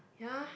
ya